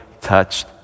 touched